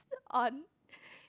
on